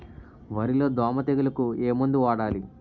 వరిలో దోమ తెగులుకు ఏమందు వాడాలి?